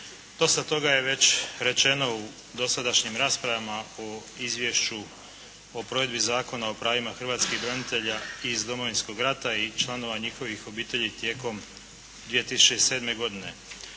Dosta toga je već rečeno u dosadašnjim raspravama u Izvješću o provedbi Zakona o pravima hrvatskih branitelja iz Domovinskog rata i članova njihovih obitelji tijekom 2007. godine.